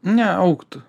ne augtų